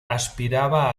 aspiraba